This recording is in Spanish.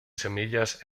semillas